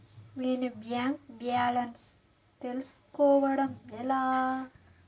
నా bank balance తెలుస్కోవడం ఎలా?